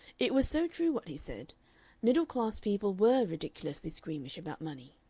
it was so true what he said middle-class people were ridiculously squeamish about money.